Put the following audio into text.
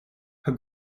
her